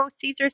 Caesar